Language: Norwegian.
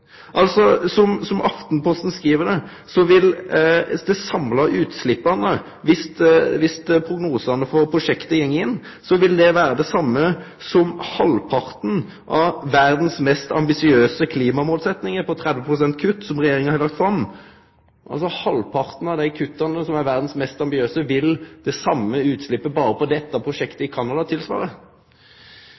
Som Aftenposten skriv, vil dei samla utsleppa – dersom prognosane for prosjekta går inn – vere dei same som halvparten av «verdens mest ambisiøse» klimamålsetjingar på 30 pst. kutt, som er det Regjeringa har lagt fram. Altså: Halvparten av dei kutta som er «verdens mest ambisiøse», vil tilsvare det same utsleppet som kjem berre frå dette prosjektet i